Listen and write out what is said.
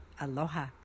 Aloha